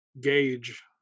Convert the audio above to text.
gauge